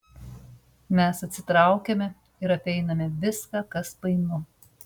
mes atsitraukiame ir apeiname viską kas painu